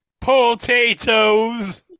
POTATOES